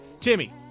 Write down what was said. Timmy